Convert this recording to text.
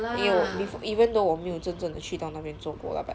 没有 bef~ even though 我没有真真的去到那边做过 lah but